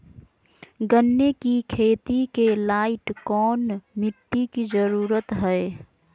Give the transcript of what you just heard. गन्ने की खेती के लाइट कौन मिट्टी की जरूरत है?